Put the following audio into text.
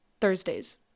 Thursdays